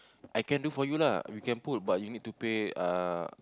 I can do for you lah you can pull but you need pay uh